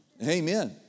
Amen